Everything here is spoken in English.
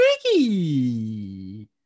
tricky